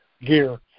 gear